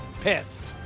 pissed